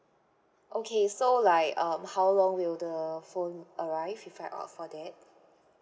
okay so like um how long will the phone arrive if I opt for that